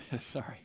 Sorry